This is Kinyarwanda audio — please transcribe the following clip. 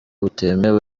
butemewe